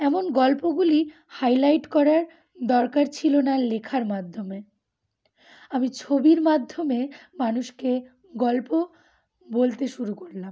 এমন গল্পগুলি হাইলাইট করার দরকার ছিল না লেখার মাধ্যমে আমি ছবির মাধ্যমে মানুষকে গল্প বলতে শুরু করলাম